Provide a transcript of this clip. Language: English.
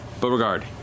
Beauregard